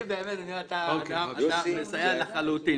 אתה מסייע לחלוטין.